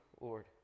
Lord